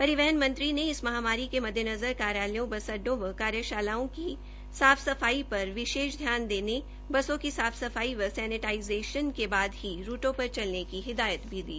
परिवहन मंत्री ने इस महामारी के मद्देनज़र कार्यालयों बस अड्डों व कर्मशालाओं की साफ सफाई पर विशेष ध्यान देने बसों की साफ सफाई व सैनेटाइजेंश्न के बाद ही रूटों पर चलने की हिदायत भी की है